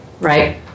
Right